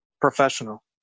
professional